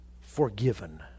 forgiven